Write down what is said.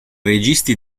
registi